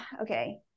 Okay